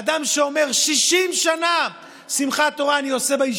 אדם שאומר: 60 שנה אני עושה שמחת תורה בישיבה,